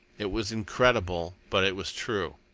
it was incredible but it was true.